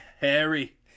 Harry